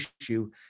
issue